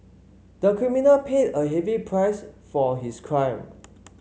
the criminal paid a heavy price for his crime